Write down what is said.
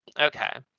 Okay